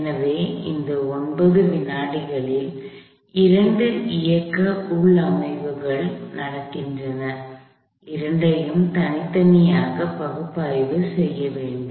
எனவே இந்த 9 வினாடிகளில் இரண்டு இயக்க உள்ளமைவுகள் நடக்கின்றன இரண்டையும் தனித்தனியாக பகுப்பாய்வு செய்ய வேண்டும்